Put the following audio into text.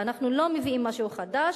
ואנחנו לא מביאים משהו חדש,